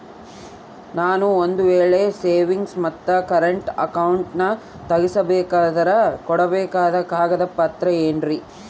ನಾನು ಒಂದು ವೇಳೆ ಸೇವಿಂಗ್ಸ್ ಮತ್ತ ಕರೆಂಟ್ ಅಕೌಂಟನ್ನ ತೆಗಿಸಬೇಕಂದರ ಕೊಡಬೇಕಾದ ಕಾಗದ ಪತ್ರ ಏನ್ರಿ?